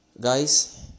Guys